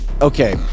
Okay